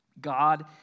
God